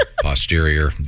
posterior